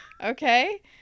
okay